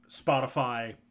Spotify